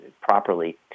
properly